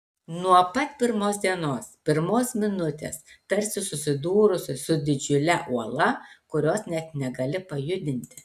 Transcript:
nuo pat pirmos dienos pirmos minutės tarsi susiduri su didžiule uola kurios net negali pajudinti